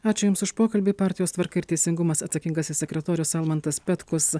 ačiū jums už pokalbį partijos tvarka ir teisingumas atsakingasis sekretorius almantas petkus